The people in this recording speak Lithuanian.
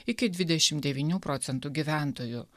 iki dvidešim devynių procentų gyventojų